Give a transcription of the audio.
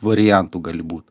variantų gali būt